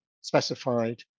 specified